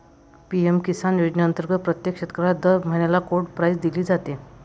PM Kisan योजनेअंतर्गत प्रत्येक शेतकऱ्याला दर महिन्याला कोड प्राईज दिली जाते